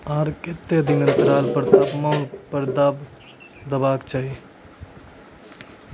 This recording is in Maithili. आर केते दिन के अन्तराल आर तापमान पर देबाक चाही?